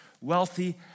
wealthy